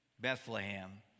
Bethlehem